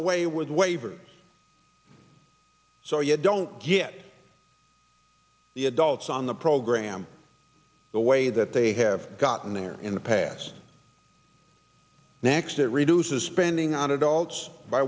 away with waivers so you don't get the adults on the program the way that they have gotten there in the past next that reduces spending on adults by